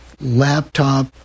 laptop